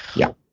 yeah.